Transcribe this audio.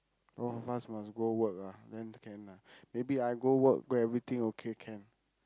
both of us must go work lah then can lah maybe I go work go everything okay can